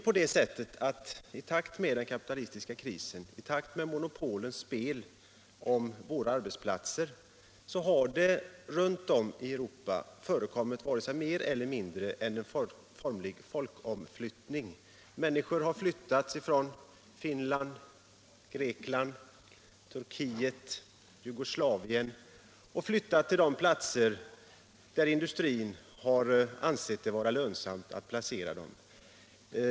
I takt med den kapitalistiska krisen, i takt med monopolens spel om våra arbetsplatser, har det runt om i Europa förekommit varken mer eller mindre än en formlig folkomflyttning. Människor har flyttats från Finland, Grekland, Turkiet och Jugoslavien till de platser där industrin har ansett det vara lönsamt att placera dem.